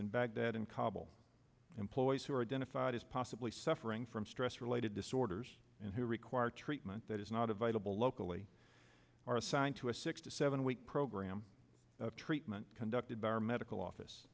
in baghdad and kabul employees who are identified as possibly suffering from stress related disorders and who require treatment that is not available locally are assigned to a six to seven week program of treatment conducted by our medical office